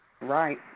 Right